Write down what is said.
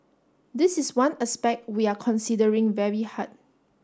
this is one aspect we are considering very hard